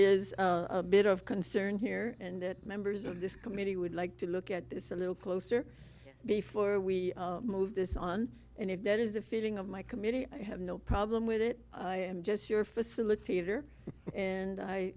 is a bit of concern here and that members of this committee would like to look at this a little closer before we move this on and if there is the feeling of my committee i have no problem with it i am just your facilitator and i